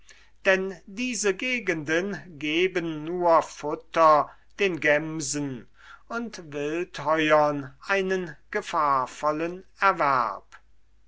denn diese gegenden geben nur futter den gemsen und wildheuern einen gefahrvollen erwerb